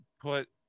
put